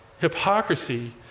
Hypocrisy